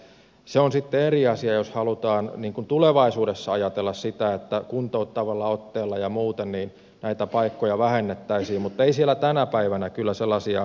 se on sitten eri asia jos halutaan tulevaisuudessa ajatella sitä että kuntouttavalla otteella ja muuten näitä paikkoja vähennettäisiin mutta ei siellä tänä päivänä kyllä sellaisia henkilöitä ole